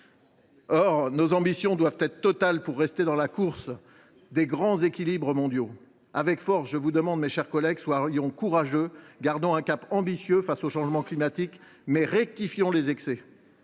Or nos ambitions doivent être immenses pour que nous restions dans la course des grands équilibres mondiaux. Je vous le demande avec force, mes chers collègues : soyons courageux, gardons un cap ambitieux face aux changements climatiques, mais rectifions les excès.